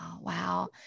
Wow